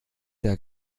der